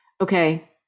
Okay